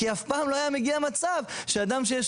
כי אף פעם לא היה מגיע מצב שאדם שיש